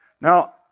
Now